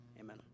Amen